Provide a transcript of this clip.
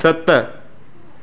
सत